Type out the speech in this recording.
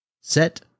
set